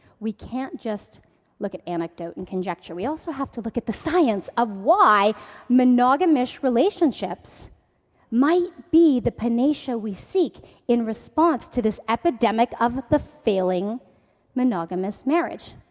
we can't just look at anecdote and conjecture, we also have to look at the science of why monogamish relationships might be the panacea we seek in response to this epidemic epidemic of the failing monogamous marriage.